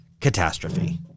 catastrophe